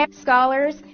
scholars